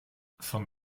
von